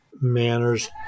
manners